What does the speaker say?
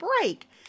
break